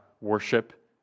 worship